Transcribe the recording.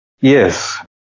Yes